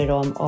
om